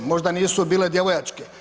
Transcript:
Možda nisu bile djevojačke?